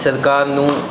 ਸਰਕਾਰ ਨੂੰ